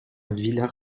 villar